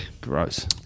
Gross